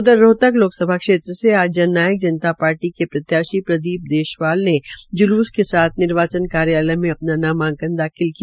उधर रोहतक लोकसभा क्षेत्र से आज जन नायक जनता पार्टी के प्रत्याशी प्रदीप देसवाल जुलूस के साथ निर्वाचन कार्यालय में दाखिल किया